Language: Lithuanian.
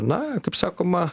na kaip sakoma